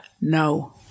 no